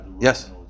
Yes